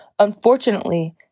Unfortunately